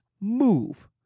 move